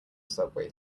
subway